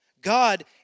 God